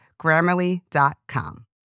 Grammarly.com